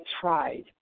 tried